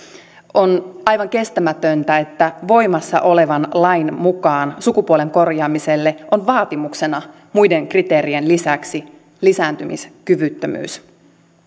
on aivan kestämätöntä että voimassa olevan lain mukaan sukupuolen korjaamiselle on vaatimuksena muiden kriteerien lisäksi lisääntymiskyvyttömyys